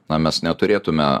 na mes neturėtume